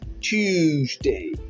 Tuesday